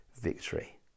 victory